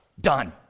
done